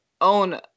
own